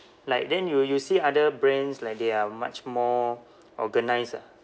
like then you you see other brands like they are much more organised ah